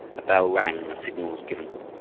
a bell rang, and the signal was given.